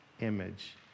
image